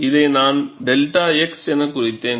இதை நான் 𝛔x எனக் குறித்தேன்